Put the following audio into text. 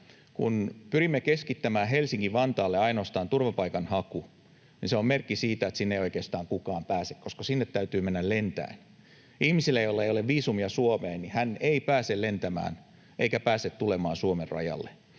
kun pyrimme keskittämään turvapaikanhaun ainoastaan Helsinki-Vantaalle, niin se on merkki siitä, että sinne ei oikeastaan kukaan pääse, koska sinne täytyy mennä lentäen. Ihminen, jolla ei ole viisumia Suomeen, ei pääse lentämään eikä pääse tulemaan Suomen rajalle,